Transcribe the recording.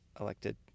elected